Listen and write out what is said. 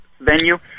venue